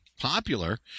popular